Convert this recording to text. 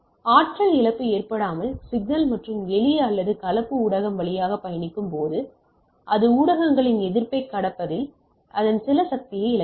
ஆற்றல் இழப்பு ஏற்பட்டால் சிக்னல் மற்றும் எளிய அல்லது கலப்பு ஊடகம் வழியாக பயணிக்கும்போது அது ஊடகங்களின் எதிர்ப்பைக் கடப்பதில் அதன் சில சக்தியை இழக்கிறது